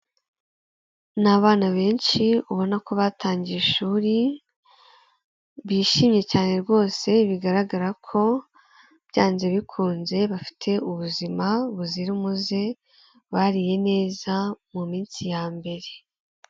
Ni abana benshi ubona ko batangiye ishuri, bishimye cyane rwose bigaragara ko byanze bikunze bafite ubuzima buzira umuze, bariye neza mu minsi ya mbere.